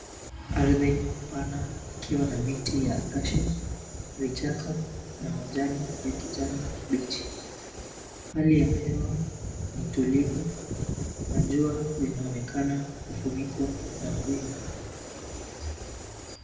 Ardhi pana, ikiwa na miti ya Accacia, vichaka, na majani ya kijani kibichi, hali ya hewa, ni tulivu, na jua linaonekana kufunikwa na mawingu.